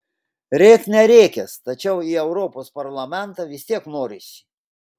rėk nerėkęs tačiau į europos parlamentą vis tiek norisi